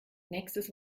nächstes